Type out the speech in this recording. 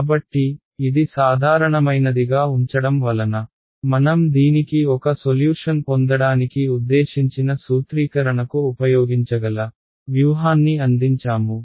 కాబట్టి ఇది సాధారణమైనదిగా ఉంచడం వలన మనం దీనికి ఒక సొల్యూషన్ పొందడానికి ఉద్దేశించిన సూత్రీకరణకు ఉపయోగించగల వ్యూహాన్ని అందించాము